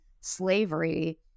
slavery